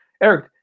Eric